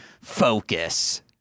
focus